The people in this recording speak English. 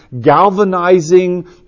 galvanizing